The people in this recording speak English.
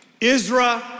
Israel